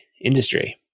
industry